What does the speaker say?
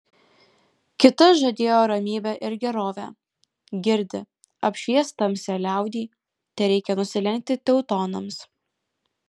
kita žadėjo ramybę ir gerovę girdi apšvies tamsią liaudį tereikia nusilenkti teutonams